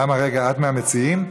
רגע, את מהמציעים?